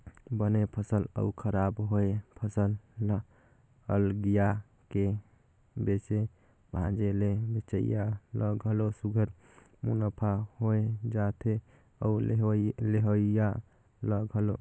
बने फसल अउ खराब होए फसल ल अलगिया के बेचे भांजे ले बेंचइया ल घलो सुग्घर मुनाफा होए जाथे अउ लेहोइया ल घलो